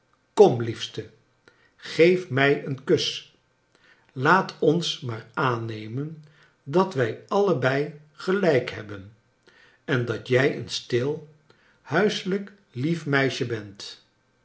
kom liefste geef mij een kus laat ons maar aannemen dat wij allebei gelijk hebben en dat jij een stil huislijk lief meisje bent